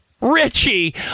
Richie